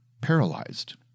paralyzed